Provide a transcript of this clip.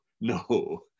no